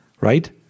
Right